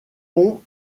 pont